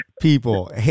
people